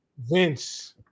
Vince